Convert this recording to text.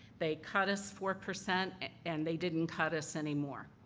they cut us four percent and they didn't cut us anymore.